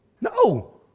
No